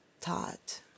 taught